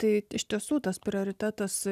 tai iš tiesų tas prioritetas